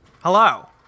Hello